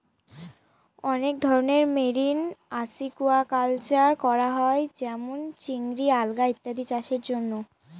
অনেক ধরনের marine aquaculture করা হয় যেমন চিংড়ি, আলগা ইত্যাদি চাষের জন্য